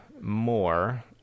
more